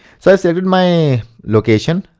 so i've selected my location,